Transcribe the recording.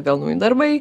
vėl nauji darbai